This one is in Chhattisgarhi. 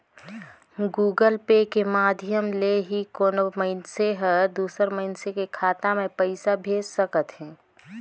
गुगल पे के माधियम ले ही कोनो मइनसे हर दूसर मइनसे के खाता में पइसा भेज सकत हें